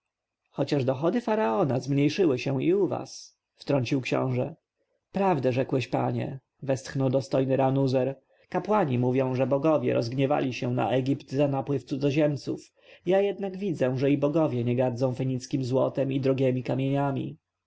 chociaż dochody faraona zmniejszyły się i u was wtrącił książę prawdę rzekłeś panie westchnął dostojny ranuzer kapłani mówią że bogowie rozgniewali się na egipt za napływ cudzoziemców ja jednak widzę że i bogowie nie gardzą fenickiem złotem i drogiemi kamieniami